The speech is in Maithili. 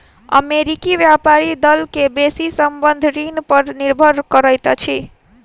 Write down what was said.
अमेरिकी व्यापारी दल के बेसी संबंद्ध ऋण पर निर्भर करैत अछि